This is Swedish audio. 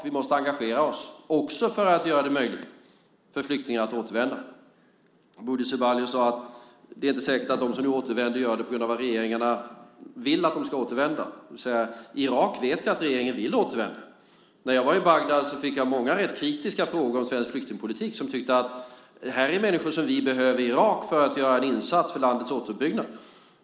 Vi måste engagera oss, också för att göra det möjligt för flyktingar att återvända. Bodil Ceballos sade att det inte är säkert att de som nu återvänder gör det på grund av att regeringarna vill att de ska återvända. I Irak vet jag att regeringen vill att de ska återvända. När jag var i Bagdad fick jag många rätt kritiska frågor om svensk flyktingpolitik. Man tyckte att det var människor som de behövde i Irak för att göra en insats för landets återuppbyggnad.